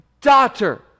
Daughter